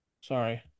Sorry